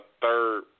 third